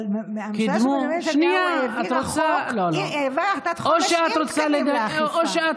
אבל ממשלתו של בנימין נתניהו העבירה החלטת חומש עם תקנים לאכיפה.